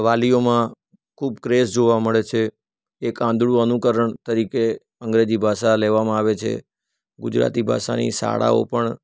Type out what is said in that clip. વાલીઓમા ખૂબ ક્રેઝ જોવા મળે છે એક આંધળું અનુકરણ તરીકે અંગ્રેજી ભાષા લેવામાં આવે છે ગુજરાતી ભાષાની શાળાઓ પણ